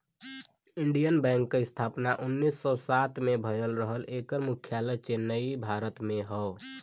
Indian Bank क स्थापना उन्नीस सौ सात में भयल रहल एकर मुख्यालय चेन्नई, भारत में हौ